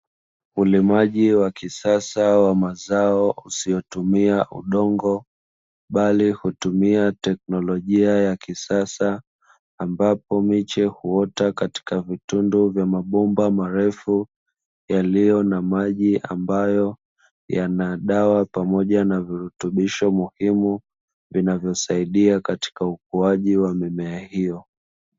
Ulimaji wa kisasa wa mazao usiyotumia udongo bali hutumia teknolojia ya kisasa, ambapo miche huota katika vitundu vya mabomba marefu yaliyo na maji ambayo yana dawa pamoja na virutubisho muhimu, vinavyosaidia katika ukuaji wa mimea hiyo.